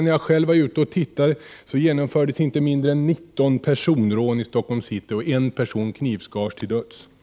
När jag själv var ute och tittade en helg för några veckor sedan utfördes inte mindre än 19 personrån i Stockholms city. En person knivskars till döds och mängder av egendom slogs sönder.